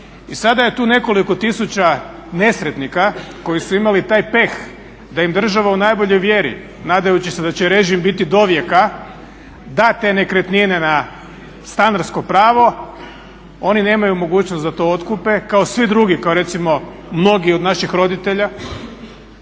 I sada je tu nekoliko tisuća nesretnika koji su imali taj peh da im država u najboljoj vjeri nadajući se da će režim biti dovijeka da te nekretnine na stanarsko pravo oni nemaju mogućnost da to otkupe kao svi drugi kao recimo mnogi od naših roditelja.